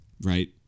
Right